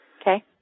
Okay